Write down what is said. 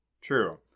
True